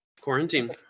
quarantine